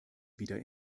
wieder